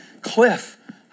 Cliff